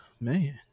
man